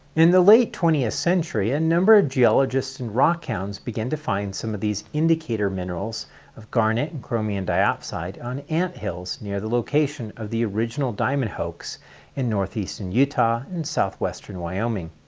in the late twentieth century, a number of geologists and rock hounds begin to find some of these indicator minerals garnets and chromium diopside on ant hills near the location of the original diamond hoax in northeastern utah and southwestern wyoming.